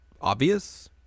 obvious